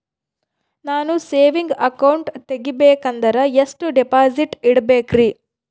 ನಾನು saving account ತೆಗಿಬೇಕಂದರ ಎಷ್ಟು ಡಿಪಾಸಿಟ್ ಇಡಬೇಕ್ರಿ?